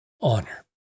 honor